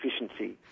efficiency